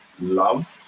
love